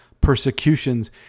persecutions